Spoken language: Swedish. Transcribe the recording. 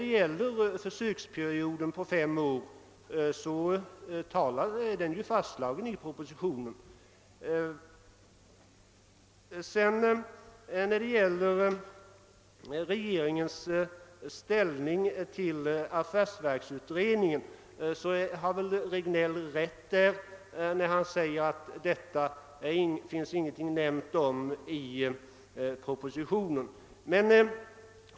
Den femåriga övergångstiden är ju fastslagen i propositionen. Beträffande regeringens ställning till affärsverksutredningen har herr Regnéll rätt i att ingenting nämnts härom i propositionen.